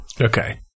Okay